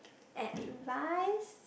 at live